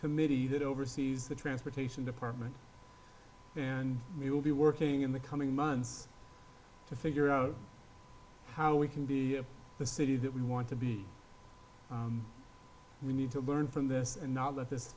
committee that oversees the transportation department and we will be working in the coming months to figure out how we can be the city that we want to be we need to learn from this and not let this